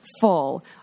full